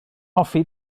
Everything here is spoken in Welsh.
hoffi